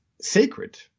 sacred